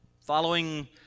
Following